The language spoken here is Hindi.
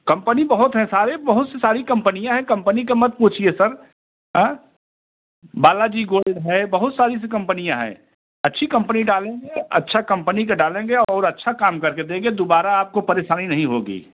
कम्पनी बहुत हैं सारे बहुत सी सारी कम्पनियाँ हैं कम्पनी का मत पूछिए सर बालाजी गोल्ड है बहुत सारी ऐसी कम्पनियाँ हैं अच्छी कम्पनी डालेंगे अच्छा कम्पनी का डालेंगे और अच्छा काम करके देंगे दोबारा आपको परेशानी नहीं होगी